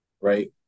right